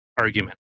argument